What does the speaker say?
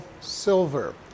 silver